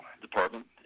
department